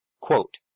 quote